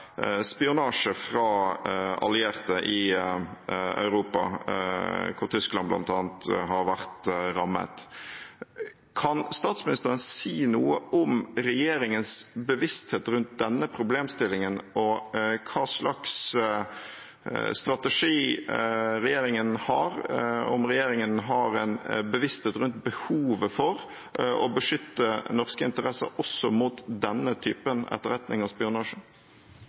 spionasje fra allierte i Europa, hvor bl.a. Tyskland har vært rammet. Kan statsministeren si noe om regjeringens bevissthet rundt denne problemstillingen, og hva slags strategi regjeringen har – om regjeringen har en bevissthet rundt behovet for å beskytte norske interesser også mot denne typen etterretning og spionasje?